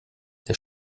der